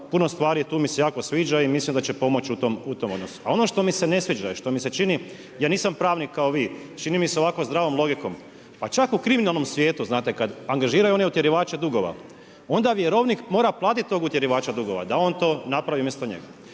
puno stvari tu mi se jako sviđa i mislim da će pomoći u tom odnosu. A ono što mi se ne sviđa i što mi se čini, ja nisam pravnik kao vi, čini mi se ovako zdravom logikom, pa čak u kriminalnom svijetu, znate kada angažiraju one utjerivače dugova onda vjerovnik mora platiti tog utjerivača dugova da on to napravi umjesto njega.